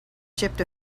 chipped